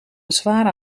bezwaar